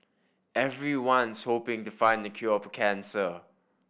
everyone's hoping to find the cure for cancer